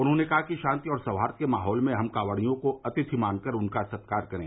उन्होंने कहा कि शांति और सौहार्द के माहौल में हम कॉवड़ियों को अतिथि मानकर उनका सत्कार करें